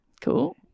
Cool